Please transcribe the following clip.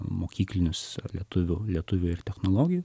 mokyklinius lietuvių lietuvių ir technologijų